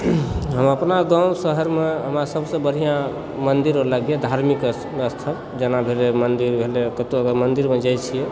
हम अपना गाँव शहरमे हमरा सभसँ बढ़िआँ मन्दिर अर लगैए धार्मिक स्थल जेना भेलय मन्दिर भेलय कतौ मन्दिरमे अगर जाइत छियै